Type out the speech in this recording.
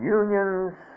unions